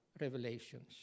Revelations